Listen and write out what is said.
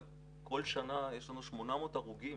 אבל כל שנה יש לנו 800 הרוגים,